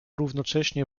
równocześnie